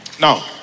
Now